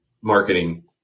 marketing